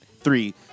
Three